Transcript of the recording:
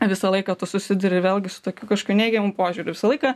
visą laiką tu susiduri vėlgi su tokiu kažkokiu neigiamu požiūriu visą laiką